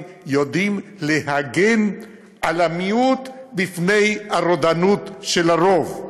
יודעים להגן על המיעוט מפני הרודנות של הרוב.